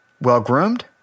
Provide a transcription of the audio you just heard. Well-groomed